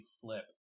Flip